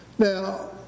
Now